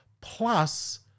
plus